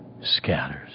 scatters